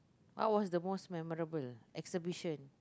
what was the most memorable exhibition